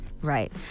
Right